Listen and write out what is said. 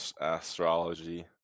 Astrology